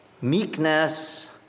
meekness